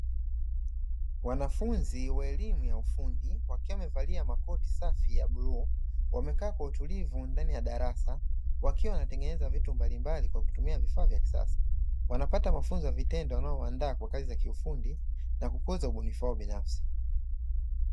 Wanafunzi wa elimu ya ufundi wakiwa wamevalia makoti safi ya bluu, wamekaa kwa utulivu ndani ya darasa wakiwa wanatengeneza vitu mbalimbali kwa kutumia vifaa vya kisasa. Wanapata mafunzo ya vitendo yanaowandaa kwa kazi za kiufundi na kukuza ubunifu wao binafsi.